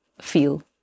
feel